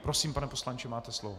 Prosím, pane poslanče, máte slovo.